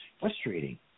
frustrating